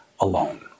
alone